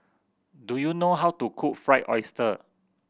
do you know how to cook Fried Oyster